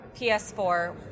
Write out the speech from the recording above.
PS4